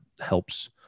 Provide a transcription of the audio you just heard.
helps